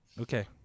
Okay